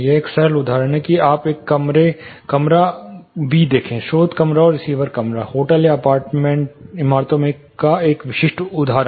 यह एक सरल उदाहरण है कि आप एक कमरा एक कमरा बी देखें स्रोत कमरा और रिसीवर कमरा होटल या अपार्टमेंट इमारतों में एक विशिष्ट उदाहरण